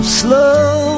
slow